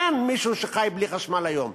אין מישהו שחי בלי חשמל היום.